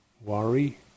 worry